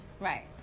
Right